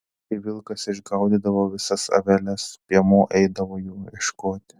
kai vilkas išgaudydavo visas aveles piemuo eidavo jų ieškoti